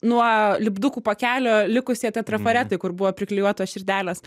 nuo lipdukų pakelio likusieji tie trafaretai kur buvo priklijuotos širdelės